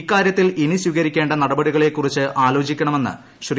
ഇക്കാര്യത്തിൽ ഇനി സ്വീകരിക്കേണ്ട നടപടികളെക്കുറിച്ച് ആലോചിക്കണമെന്ന് ശ്രീ